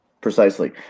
Precisely